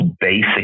basic